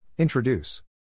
Introduce